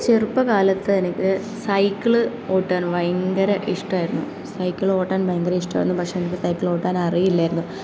ചെറുപ്പക്കാലത്ത് എനിക്ക് സൈക്കിള് ഓട്ടാൻ ഭയങ്കര ഇഷ്ടമായിരുന്നു സൈക്കിൾ ഓട്ടാൻ ഭയങ്കര ഇഷ്ടമായിരുന്നു പക്ഷെ എനിക്ക് സൈക്കിൾ ഓട്ടാൻ അറിയില്ലായിരുന്നു